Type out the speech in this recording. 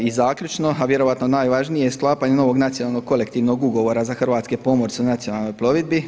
I zaključno, a vjerojatno najvažnije, sklapanje novog nacionalnog kolektivnog ugovora za hrvatske pomorce u nacionalnoj plovidbi.